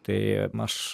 tai aš